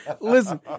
listen